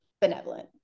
benevolent